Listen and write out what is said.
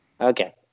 Okay